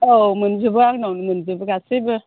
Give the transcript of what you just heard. औ मोनजोबो आंनावनो मोनजोबो गासिबो